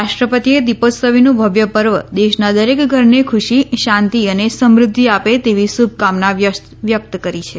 રાષ્ટ્રપતિએ દિપોત્સવીનું ભવ્ય પર્વ દેશના દરેક ઘરને ખુશી શાંતિ અને સમુદ્ધિ આપે તેવી શુભકામના વ્યક્ત કરી છે